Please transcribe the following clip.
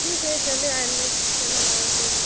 ठीक है चले आएंगे चलो आओ मिलो